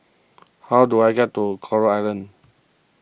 how do I get to Coral Island